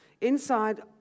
inside